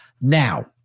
now